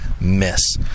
miss